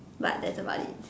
but that's about it